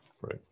right